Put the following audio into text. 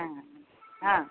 हां हां